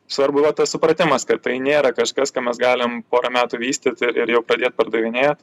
svarbu va tas supratimas kad tai nėra kažkas ką mes galim porą metų vystyt ir ir jau pradėt pardavinėt